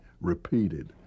repeated